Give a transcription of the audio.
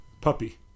puppy